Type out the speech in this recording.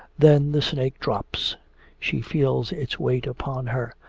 then the snake drops she feels its weight upon her,